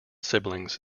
siblings